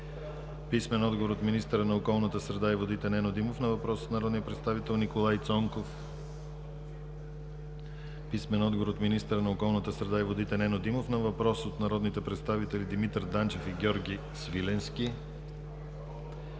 Александрова; - министъра на околната среда и водите Нено Димов на въпрос от народния представител Николай Цонков; - министъра на околната среда и водите Нено Димов на въпрос от народните представители Димитър Данчев и Георги Свиленски;